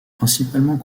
principalement